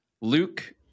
Luke